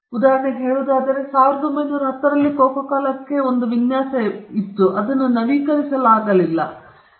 ಉದಾಹರಣೆಗೆ ಹೇಳುವುದಾದರೆ 1910 ರಲ್ಲಿ ಕೊಕೊ ಕೋಲಾಗೆ ಒಂದು ವಿನ್ಯಾಸವಿದ್ದರೆ ಅದನ್ನು ನವೀಕರಿಸಲಾಗುವುದಿಲ್ಲ